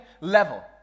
level